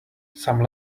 some